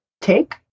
take